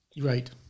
Right